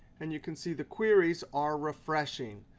and you can see the queries are refreshing.